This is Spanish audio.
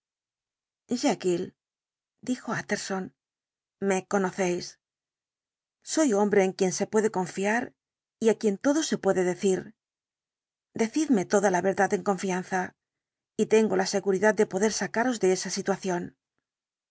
palabras jekyll dijo utterson me conocéis soy hombre en quien se puede confiar y á quien todo se puede decir decidme toda la verdad en confianza y tengo la seguridad de poder sacaros de esa situación